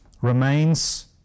remains